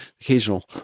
occasional